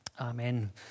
Amen